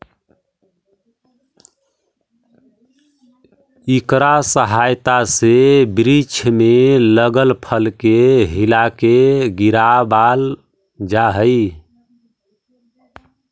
इकरा सहायता से वृक्ष में लगल फल के हिलाके गिरावाल जा हई